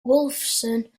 wolfson